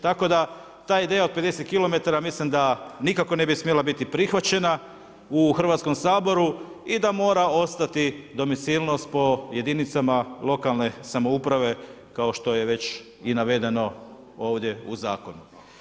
Tako da, ta ideja od 50 km, mislim da nikako ne bi smijala biti prihvaćena u Hrvatskom saboru i da mora ostati domicilnost po jedinicama lokalne samouprave, kao što je već i navedeno ovdje u zakonu.